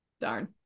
Darn